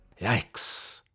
Yikes